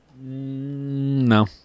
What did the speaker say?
No